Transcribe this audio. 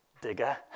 digger